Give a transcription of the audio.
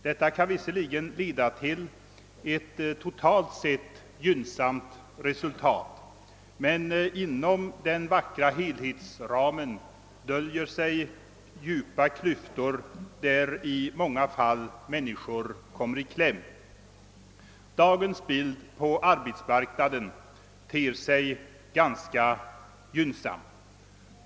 Detta kan visserligen leda till ett totalt sett gott resultat, men inom den vackra helhetsramen döljer sig djupa klyftor där i många fall människor kommer i kläm. Dagens bild på arbetsmarknaden ter sig ganska gynnsam.